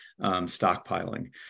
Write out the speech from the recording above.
stockpiling